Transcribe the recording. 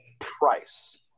price